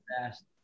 fast